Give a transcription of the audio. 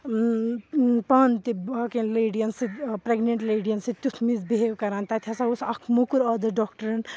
پانہٕ تہِ باقین لیڈِیَن سۭتۍ پرٛیگنٮ۪نٛٹ لیڈِیَن سۭتۍ تیُتھ مِسبِہیو کَران تَتہِ ہَسا اوس اَکھ موٚکُر عادَت ڈاکٹَرَن